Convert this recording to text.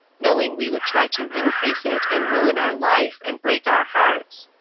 knowing we would try to increase it, and ruin our life and break our hearts.